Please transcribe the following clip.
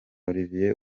olivier